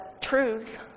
truth